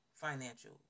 financial